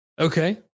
Okay